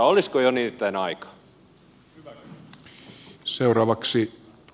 olisiko jo niitten aika